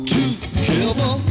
together